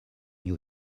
new